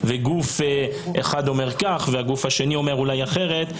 גוף אחד אומר כך והגוף השני אולי אומר אחרת,